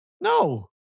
No